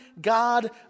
God